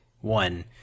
one